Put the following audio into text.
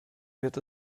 wird